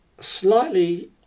slightly